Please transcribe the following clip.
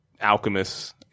alchemist